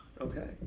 Okay